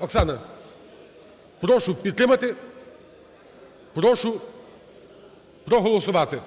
Оксано. Прошу підтримати, прошу проголосувати.